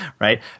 right